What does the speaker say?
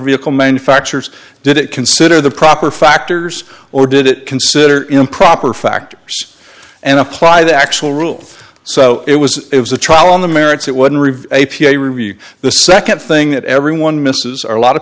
vehicle manufacturers did it consider the proper factors or did it consider improper factors and apply the actual rule so it was a trial on the merits it wouldn't a p a review the second thing that everyone misses are a lot of